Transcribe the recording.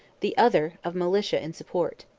the other, of militia, in support.